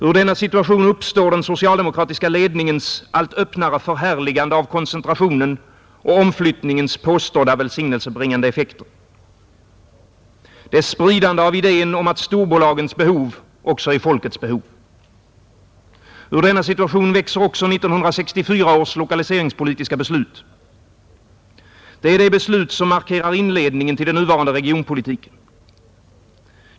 Ur denna situation uppstår den socialdemokratiska ledningens allt öppnare förhärligande av koncentrationens och omflyttningens påstådda välsignelsebringande effekter och dess spridande av idén om att storbolagens behov också är folkets behov. Ur denna situation växer fram 1964 års lokaliseringspolitiska beslut. Det är det beslut som markerar inledningen till den nuvarande regionpolitiken.